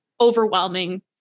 overwhelming